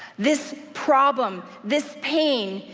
this problem, this pain,